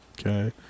Okay